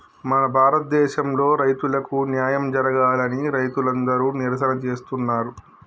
మన భారతదేసంలో రైతులకు న్యాయం జరగాలని రైతులందరు నిరసన చేస్తున్నరు